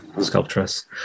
sculptress